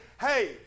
hey